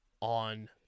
on